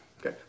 Okay